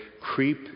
creep